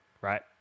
Right